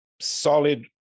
solid